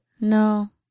no